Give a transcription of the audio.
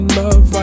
love